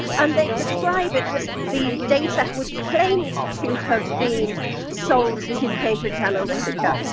and they describe it as the data was claimed to have been sold to cambridge analytica.